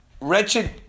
wretched